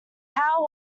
how